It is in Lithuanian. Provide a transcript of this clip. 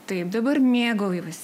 taip dabar mėgaujuosi